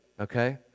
okay